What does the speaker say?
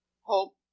hope